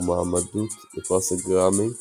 ובמועמדות לפרס גראמי